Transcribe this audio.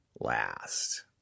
last